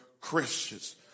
Christians